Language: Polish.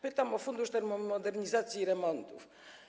Pytam o Fundusz Termomodernizacji i Remontów.